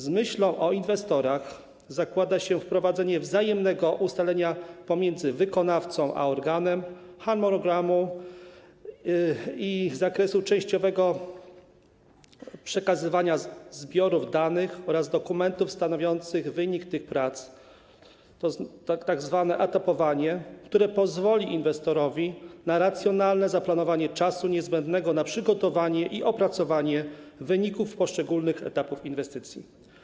Z myślą o inwestorach zakłada się wprowadzenie wzajemnego ustalenia pomiędzy wykonawcą a organem harmonogramu i zakresu częściowego przekazywania zbiorów danych oraz dokumentów stanowiących wynik tych prac, tzw. etapowania, które pozwoli inwestorowi na racjonalne zaplanowanie czasu niezbędnego na przygotowanie i opracowanie wyników poszczególnych etapów inwestycji.